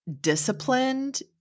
disciplined